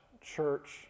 church